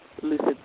lucid